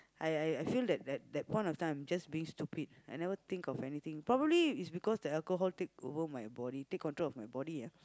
I I I feel that that point of time I'm just being stupid I never think of anything probably is because the alcohol take over my body take control of my body ah